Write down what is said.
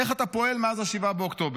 איך אתה פועל מאז 7 באוקטובר?